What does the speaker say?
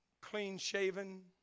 clean-shaven